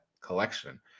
collection